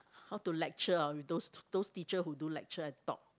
how to lecture on those those teacher who do lecture and talk